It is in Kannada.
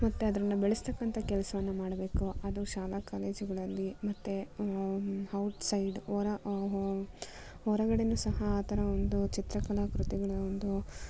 ಮತ್ತು ಅದ್ರನ್ನು ಬೆಳೆಸ್ತಕ್ಕಂತಹ ಕೆಲಸವನ್ನು ಮಾಡಬೇಕು ಅದು ಶಾಲಾ ಕಾಲೇಜುಗಳಲ್ಲಿ ಮತ್ತು ಔಟ್ ಸೈಡ್ ಹೊರ ಹೊರಗಡೆನು ಸಹ ಆ ಥರ ಒಂದು ಚಿತ್ರ ಕಲಾ ಕೃತಿಗಳ ಒಂದು